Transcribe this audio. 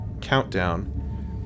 countdown